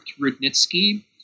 Rudnitsky